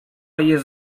jest